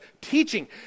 teaching